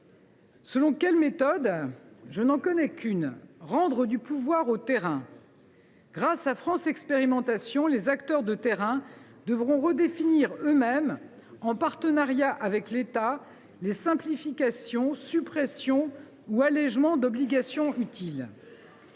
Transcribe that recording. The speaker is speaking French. Selon quelle méthode ? Je n’en connais qu’une : rendre du pouvoir au terrain. Grâce à France Expérimentation, les acteurs de terrain devront redéfinir eux mêmes, en partenariat avec l’État, les simplifications, suppressions ou allégements d’obligations utiles.